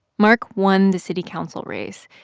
mark won the city council race,